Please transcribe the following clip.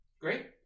Great